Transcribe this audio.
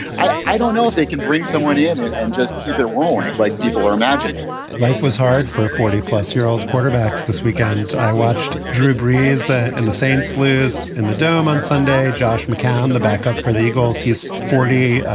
i i don't know if they can bring someone in and just keep it rolling like people are imagining life was hard for a forty plus year old quarterbacks this weekend. i watched drew brees and and the saints lives in the dome on sunday. josh mccown, the backup for the eagles. he's forty.